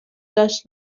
داشت